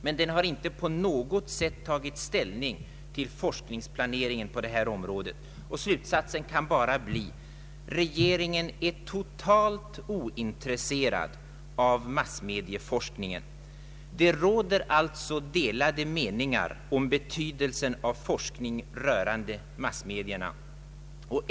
Men den har inte på något sätt tagit ställning till forskningsplaneringen på detta område. Slutsatsen kan bara bli: Regeringen är totalt ointresserad av massmedieforskning. Det råder alitså delade meningar om betydelsen av forskning rörande massmedia!